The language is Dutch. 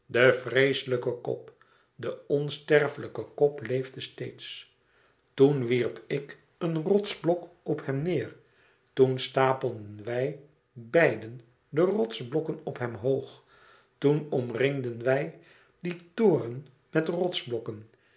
de vreeslijke kop de onsterflijke kop leefde steeds toen wierp ik een rotsblok op hem neêr toen stapelden wij beiden de rotsblokken op hem hoog toen omringden wij dien toren met